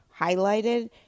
highlighted